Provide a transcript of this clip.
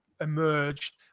emerged